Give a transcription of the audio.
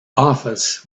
office